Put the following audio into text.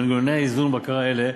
מנגנוני איזון ובקרה אלה,